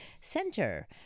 center